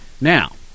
Now